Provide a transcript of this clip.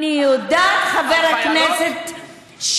חבר הכנסת,